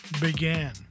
began